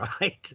right